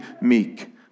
meek